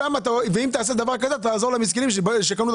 שאם תעשה דבר כזה תעזור למסכנים שקנו את